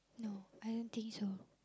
no I don't think so